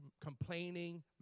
complaining